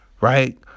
Right